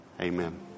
Amen